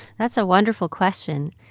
that's a wonderful question.